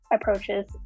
approaches